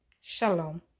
Shalom